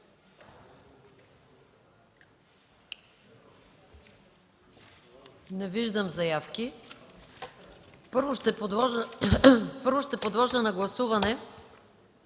Не виждам заявки. Първо ще подложа на гласуване